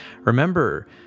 Remember